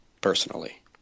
personally